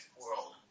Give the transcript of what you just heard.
world